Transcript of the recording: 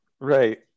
Right